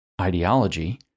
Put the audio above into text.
ideology